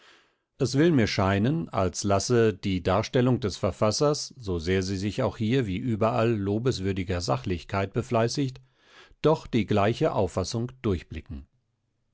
es will mir scheinen als lasse die darstellung des verfassers so sehr sie sich auch hier wie überall lobeswürdiger sachlichkeit befleißigt doch die gleiche auffassung durchblicken